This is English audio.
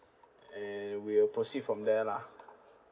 and we'll proceed from there lah